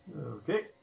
Okay